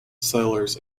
settlers